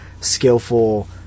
skillful